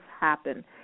happen